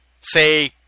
say